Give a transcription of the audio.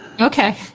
Okay